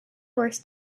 worst